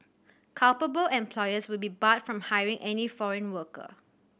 culpable employers will be barred from hiring any foreign worker